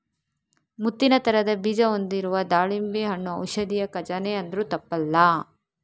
ಮುತ್ತಿನ ತರದ ಬೀಜ ಹೊಂದಿರುವ ದಾಳಿಂಬೆ ಹಣ್ಣು ಔಷಧಿಯ ಖಜಾನೆ ಅಂದ್ರೂ ತಪ್ಪಲ್ಲ